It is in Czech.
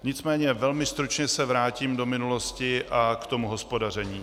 Nicméně velmi stručně se vrátím do minulosti a k tomu hospodaření.